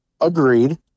Agreed